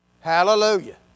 Hallelujah